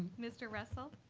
mr. russell?